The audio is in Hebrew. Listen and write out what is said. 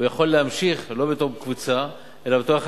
יכול להמשיך לא בתור קבוצה אלא בתור אחד